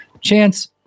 chance